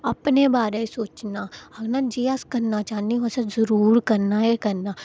अपने बारै ई सोचना जे अस करना चाह्न्ने ओह् असेंगी कोशिश जरूर करना ऐ करना ऐ